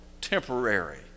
temporary